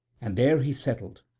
and there he settled,